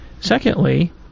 Secondly